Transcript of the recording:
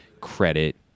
credit